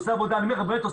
הוא עושה עבודה מצוינת,